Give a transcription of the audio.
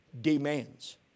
Demands